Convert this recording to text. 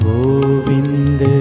Govind